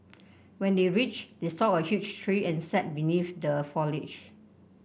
when they reached they saw a huge tree and sat beneath the foliage